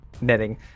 netting